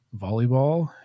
Volleyball